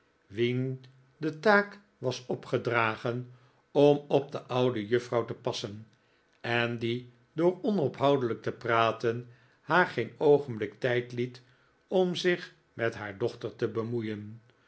wien de taak was opgedragen om op de oude juffrouw te passen en die door onophoudelijk te praten haar geen oogenblik tijd het om zich met haar dochter te bemoeien